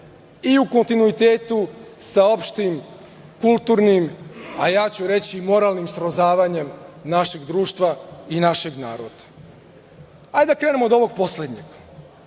i kontinuitetu sa opštim kulturnim, a ja ću reći i moralnim srozavanjem našeg društva i našeg naroda. Hajde da krenemo od ovog poslednjeg.